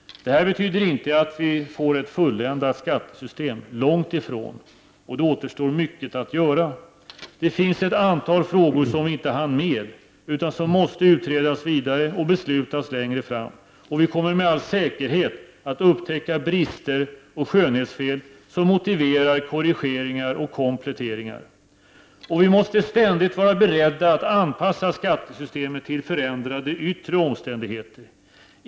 Det här betyder inte att vi får ett fulländat skattesystem — nej, långt därifrån! Mycket återstår att göra. Det finns ett antal frågor som vi inte hann med och som alltså måste utredas vidare och beslutas längre fram. Vi kommer med all säkerhet att upptäcka brister och skönhetsfel som motiverar korrigeringar och kompletteringar. Vidare måste vi ständigt vara beredda att anpassa skattesystemet till förändrade yttre omständigheter.